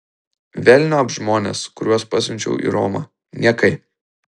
velniop žmones kuriuos pasiunčiau į romą niekai